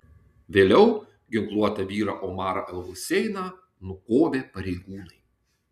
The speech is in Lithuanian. vėliau ginkluotą vyrą omarą el huseiną nukovė pareigūnai